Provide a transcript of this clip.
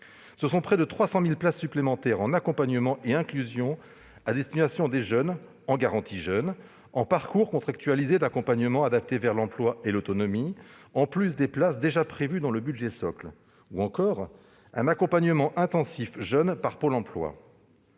Au total, près de 300 000 places supplémentaires en accompagnement et inclusion sont prévues à destination des jeunes en garantie jeunes, en parcours contractualisé d'accompagnement adapté vers l'emploi et l'autonomie (Pacea)- en plus des places déjà prévues dans le budget socle - et en accompagnement intensif jeunes par Pôle emploi.